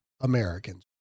Americans